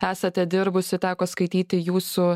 esate dirbusi teko skaityti jūsų